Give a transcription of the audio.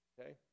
Okay